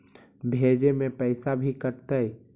भेजे में पैसा भी कटतै?